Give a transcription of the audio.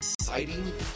exciting